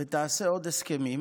ותעשה עוד הסכמים,